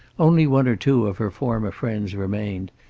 only one or two of her former friends remained,